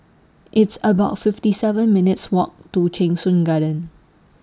It's about fifty seven minutes' Walk to Cheng Soon Garden